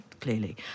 clearly